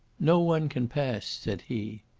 no one can pass, said he.